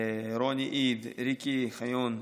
רוני עיד, ריקי חיון,